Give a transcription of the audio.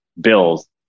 bills